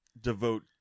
devote